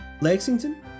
Lexington